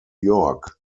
york